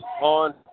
on